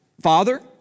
Father